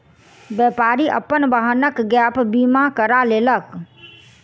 व्यापारी अपन वाहनक गैप बीमा करा लेलक